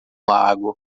lago